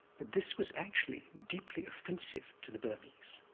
but this was actually deeply offensive to the burmese.